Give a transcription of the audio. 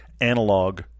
analog